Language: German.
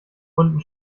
unten